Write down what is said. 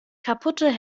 kaputte